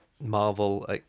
Marvel